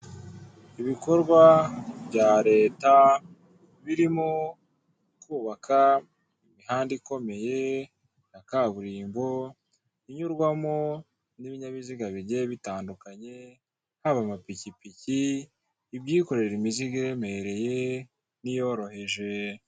Ibikorwa bya reta birimo kubaka imihanda ikomeye ya kaburimbo ,inyurwamo n'ibinyabiziga bigiye bitandukanye haba amapikipiki, ibyikorera imizigo iremereye n'iyoroheje.